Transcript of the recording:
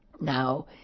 Now